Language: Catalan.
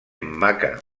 maca